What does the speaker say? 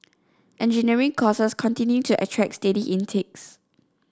engineering courses continue to attract steady intakes